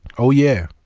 oh, yeah.